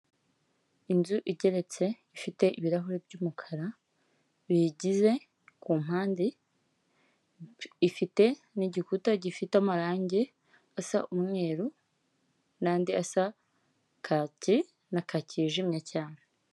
Inzu igeretse ifite ibirahuri by'umukara biyigize kumpande ifite n'igikuta gifite amarangi asa umweru n'andi asa n'akaki yijimye cyane.